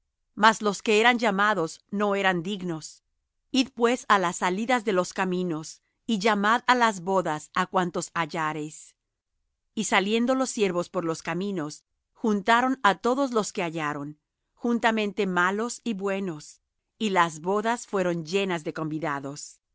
mas los que eran llamados no eran dignos id pues á las salidas de los caminos y llamad á las bodas á cuantos hallareis y saliendo los siervos por los caminos juntaron á todos los que hallaron juntamente malos y buenos y las bodas fueron llenas de convidados